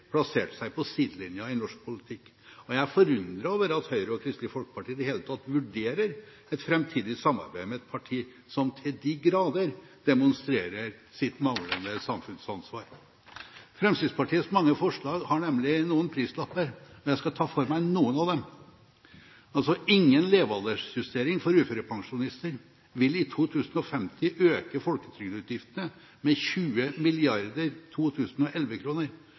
plassert seg på sidelinjen i norsk politikk, og jeg er forundret over at Høyre og Kristelig Folkeparti i det hele tatt vurderer et framtidig samarbeid med et parti som til de grader demonstrerer sitt manglende samfunnsansvar. Fremskrittspartiets mange forslag har nemlig noen prislapper, og jeg skal ta for meg noen av dem. Ingen levealdersjustering for uførepensjonister vil i 2050 øke folketrygdutgiftene med 20